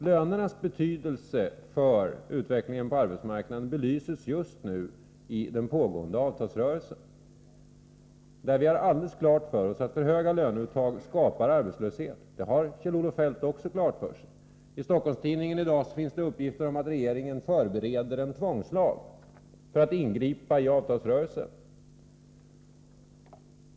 Lönernas betydelse för utvecklingen på arbetsmarknaden belyses just nu i den pågående avtalsrörelsen. Det står alldeles klart att för höga löneuttag skapar arbetslöshet — det har Kjell-Olof Feldt också klart för sig. I Stockholms Tidningen i dag finns det uppgifter om att regeringen förbereder en tvångslag för att ingripa i avtalsrörelsen.